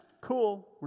cool